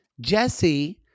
Jesse-